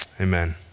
Amen